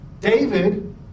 David